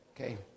okay